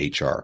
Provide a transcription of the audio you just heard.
HR